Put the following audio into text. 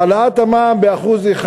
העלאת המע"מ ב-1%,